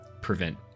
prevent